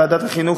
ועדת החינוך,